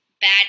bad